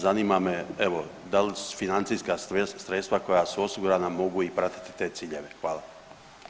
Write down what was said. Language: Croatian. Zanima me da li financijska sredstva koja su osigurana mogu i pratiti te ciljeve?